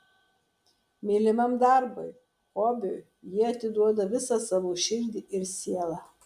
mylimam darbui hobiui jie atiduoda visą savo širdį ir sielą